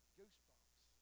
goosebumps